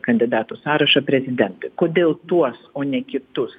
kandidatų sąrašą prezidentui kodėl tuos o ne kitus